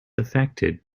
affected